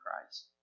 Christ